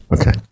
Okay